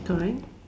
sorry